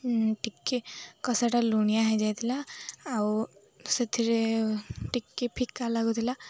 ଟିକେ କଷାଟା ଲୁଣିଆ ହେଇଯାଇଥିଲା ଆଉ ସେଥିରେ ଟିକେ ଫିକା ଲାଗୁଥିଲା